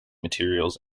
materials